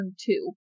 two